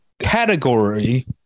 category